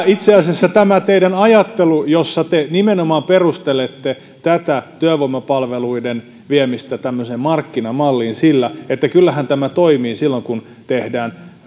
itse asiassa tämä teidän ajattelunne jossa te nimenomaan perustelette tätä työvoimapalveluiden viemistä tämmöiseen markkinamalliin sillä että kyllähän tämä toimii silloin kun tehdään